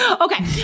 Okay